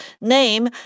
name